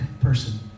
person